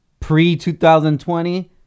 pre-2020